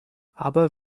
aber